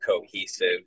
cohesive